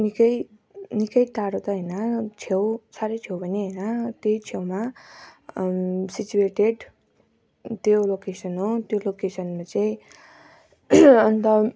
निकै निकै टाढो त होइन छेउ साह्रै छेउ पनि होइन त्यही छेउमा सिच्वेटेड त्यो लोकेसन हो त्यो लोकेसनमा चाहिँ अन्त